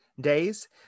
days